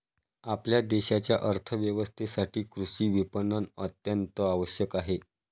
आपल्या देशाच्या अर्थ व्यवस्थेसाठी कृषी विपणन अत्यंत आवश्यक आहे